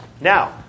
Now